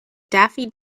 daffy